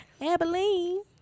Abilene